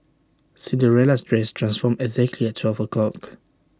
Cinderella's dress transformed exactly at twelve o'clock